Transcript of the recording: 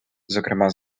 зокрема